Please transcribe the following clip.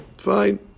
Fine